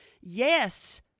Yes